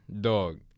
dog